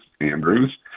Andrews